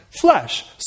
flesh